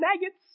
maggots